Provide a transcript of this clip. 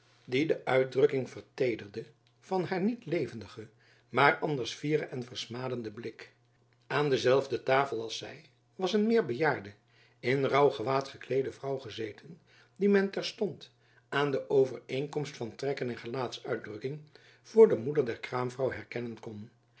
die de uitdrukking verteederde van haar niet levendigen maar anders fieren en versmadenden blik aan dezelfde tafel als zy was een meer bejaarde in rouwgewaad gekleede vrouw gezeten die men terstond aan de overeenkomst van trekken en gelaatsuitdrukking voor de moeder der kraamvrouw herkennen kon